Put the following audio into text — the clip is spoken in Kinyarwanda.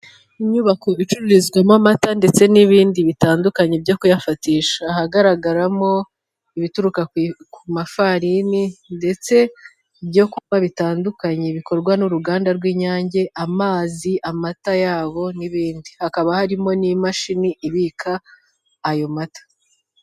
Inyubako icururizwamo amata ndetse n'ibindi bitandukanye byo kuyafatisha, hagaragaramo ibituruka ku mafarini ndetse n'ibyo kunywa bitandukanye bikora n'uruganda rw'Inyange: amazi, amata ya bo, n'ibindi. Hakaba harimo n'imashini ibika ayo mata.